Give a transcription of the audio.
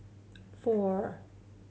four